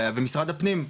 ומשרד הפנים,